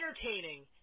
entertaining